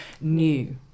new